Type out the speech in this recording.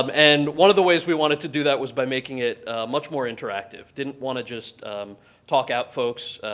um and one of the ways we wanted to do that was by making it much more interactive didn't want to just talk at folks.